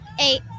Eight